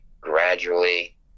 gradually